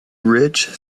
rich